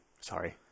Sorry